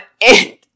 end